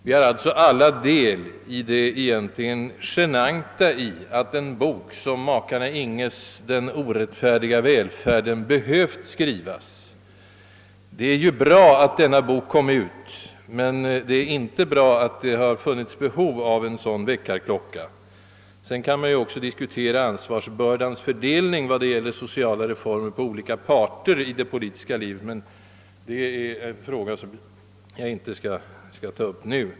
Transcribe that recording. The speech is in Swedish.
Vi har som sagt alla del i det egentligen genanta förhållandet att en bok som makarna Inghes, Den orättfärdiga välfärden, har behövt skrivas. Det är ju bra att den boken kom ut, men det är inte bra att det har funnits behov av en sådan väckarklocka som denna bok. Sedan kan man också diskutera ansvarsbördans fördelning i vad gäller sociala reformer på de olika parterna i det politiska livet, men det är en fråga som jag inte här skall ta upp.